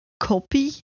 copy